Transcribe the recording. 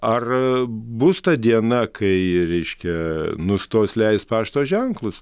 ar bus ta diena kai reiškia nustos leist pašto ženklus